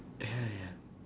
ya ya